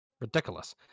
Ridiculous